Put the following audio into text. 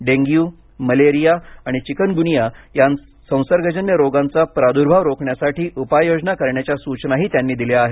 dengue malaria आणि chikungunya या संसर्गजन्य रोगांचा प्रादुर्भाव रोखण्यासाठी उपाययोजना करण्याच्या सूचनाही त्यांनी दिल्या आहेत